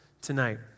tonight